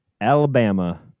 Alabama